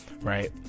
right